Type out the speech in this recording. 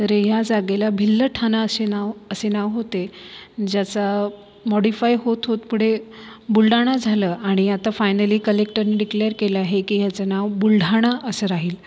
तर या जागेला भिल्लं ठाणा असे नाव असे नाव होते ज्याचा मॉडीफाय होत होत पुढे बुलडाणा झालं आणि आता फायनली कलेक्टरने डिक्लेयर केलं आहे की ह्याचं नाव बुलढाणा असं राहील